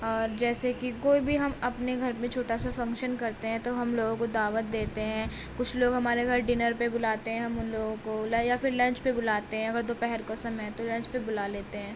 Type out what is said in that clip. اور جیسے کہ کوئی بھی ہم اپنے گھر میں چھوٹا سا فنکشن کرتے ہیں تو ہم لوگوں کو دعوت دیتے ہیں کچھ لوگ ہمارے گھر ڈنر پہ بلاتے ہیں ہم ان لوگوں کو لا یا پھر لنچ پہ بلاتے ہیں اگر دوپہر کا سمے ہے تو لنچ پہ بلا لیتے ہیں